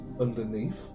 underneath